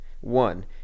one